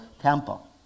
temple